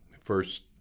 first